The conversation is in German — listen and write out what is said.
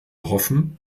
hoffen